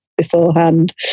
beforehand